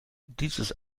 dieses